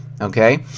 okay